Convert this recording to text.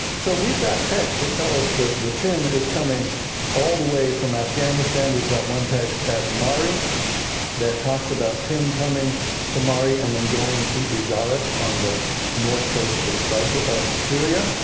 so, we've got texts that tell us that the tin is coming all the way from afghanistan. we've got one text at mari that talks about tin coming to mari and then going to ugarit on the north coast of cypru of syria.